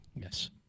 Yes